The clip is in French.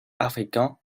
africains